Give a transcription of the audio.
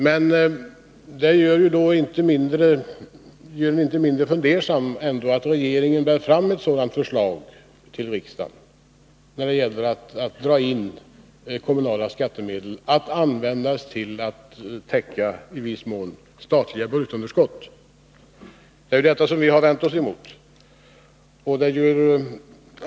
Men det gör en ju inte mindre fundersam över att regeringen ändå till riksdagen bär fram ett förslag om att dra in kommunala skattemedel och använda dem till att — i viss mån — täcka statliga budgetunderskott. Det är ju detta som vi har vänt oss emot.